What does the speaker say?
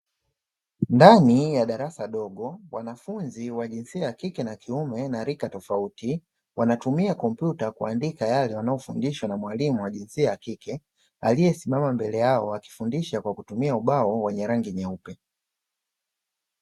Ndani ya darasa dogo wanafunzi wa jinsia ya kike na kiume na rika tofauti ya kike, aliyesimama mbele yao akifundisha kwa kutumia ubao wenye rangi nyeupe.